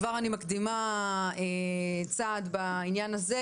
כבר אני מקדימה צעד בעניין הזה,